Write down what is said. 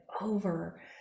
over